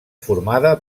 formada